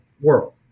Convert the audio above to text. world